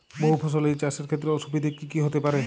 বহু ফসলী চাষ এর ক্ষেত্রে অসুবিধে কী কী হতে পারে?